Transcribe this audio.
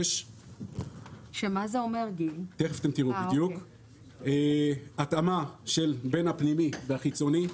70030026K. התאמה בין הפנימי והחיצוני.